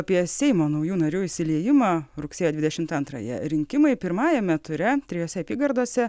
apie seimo naujų narių įsiliejimą rugsėjo dvidešimt antrąją rinkimai pirmajame ture trijose apygardose